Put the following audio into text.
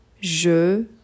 Je